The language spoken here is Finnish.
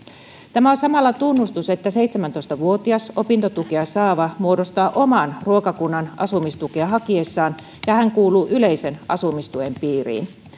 tämä on samalla tunnustus että seitsemäntoista vuotias opintotukea saava muodostaa oman ruokakunnan asumistukea hakiessaan ja hän kuuluu yleisen asumistuen piiriin